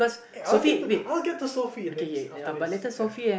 eh I'll get to I'll get to to Sophie next after this ya